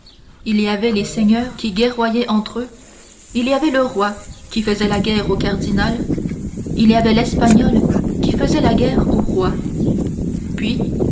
il y avait les seigneurs qui guerroyaient entre eux il y avait le roi qui faisait la guerre au cardinal il y avait l'espagnol qui faisait la guerre au roi puis